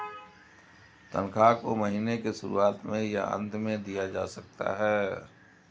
तन्ख्वाह को महीने के शुरुआत में या अन्त में दिया जा सकता है